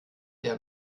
der